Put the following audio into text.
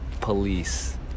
police